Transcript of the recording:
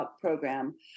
program